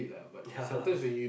ya lah